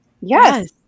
Yes